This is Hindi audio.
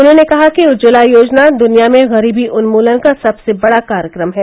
उन्होंने कहा कि उज्ज्वला योजना दुनिया में गरीबी उन्मूलन का सबसे बड़ा कार्यक्रम है